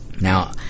Now